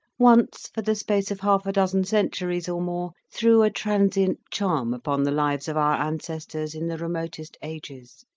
once for the space of half a dozen centuries or more, threw a transient charm upon the lives of our ancestors in the remotest ages.